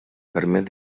permet